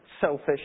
selfish